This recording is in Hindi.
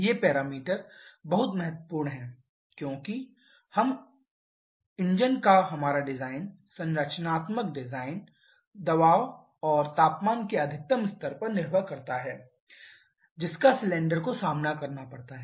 ये पैरामीटर बहुत महत्वपूर्ण हैं क्योंकि इंजन का हमारा डिजाइन संरचनात्मक डिजाइन दबाव और तापमान के अधिकतम स्तर पर निर्भर करता है जिसका सिलेंडर को सामना करना पड़ता है